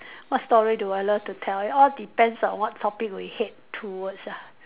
what story do I love to tell it all depends on what topic we hate towards ah